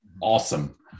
awesome